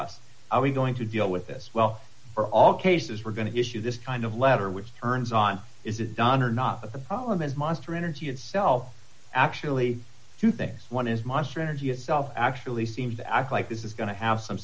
us are we going to deal with this well for all cases we're going to issue this kind of letter which turns on is it don or not but the problem is monster energy itself actually two things one is monster energy itself actually seems to act like this is going to have some